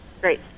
Great